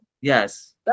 Yes